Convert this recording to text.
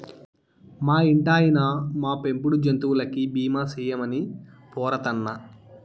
మా ఇంటాయినా, మా పెంపుడు జంతువులకి బీమా సేయమని పోరతన్నా